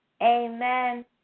Amen